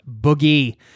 boogie